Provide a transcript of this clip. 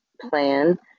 plan